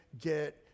get